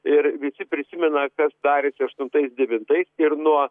ir visi prisimena kas darėsi aštuntais devintais ir nuo